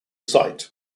site